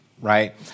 right